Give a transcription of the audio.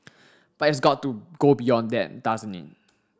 but it has got to go beyond that doesn't it